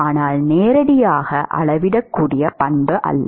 ஆனால் நேரடியாக அளவிடக்கூடிய பண்பு அல்ல